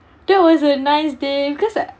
that was a nice day because I